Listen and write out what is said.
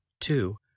Two